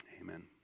Amen